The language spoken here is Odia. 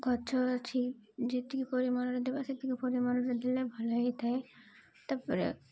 ଗଛ ଅଛି ଯେତିକି ପରିମାଣରେ ଦେବା ସେତିକି ପରିମାଣରେ ଦେଲେ ଭଲ ହେଇଥାଏ ତାପରେ